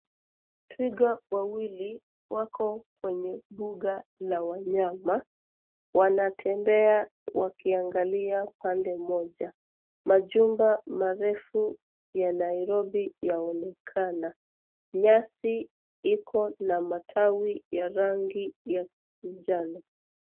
Twiga wawili wako kwenye mbuga la wanyama. Wanatembea wakiangalia pande moja. Majumba marefu ya Nairobi yaonekana. Nyasi Iko na matawi ya rangi ya njano.